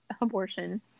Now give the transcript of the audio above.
abortion